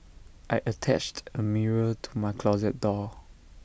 I attached A mirror to my closet door